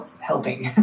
helping